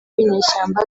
w’inyeshyamba